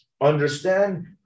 understand